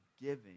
giving